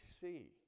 see